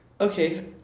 okay